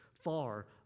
far